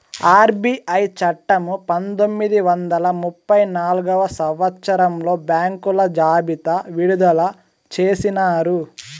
RBI చట్టము పంతొమ్మిది వందల ముప్పై నాల్గవ సంవచ్చరంలో బ్యాంకుల జాబితా విడుదల చేసినారు